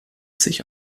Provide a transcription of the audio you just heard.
sich